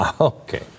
Okay